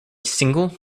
single